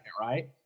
Right